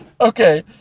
Okay